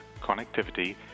connectivity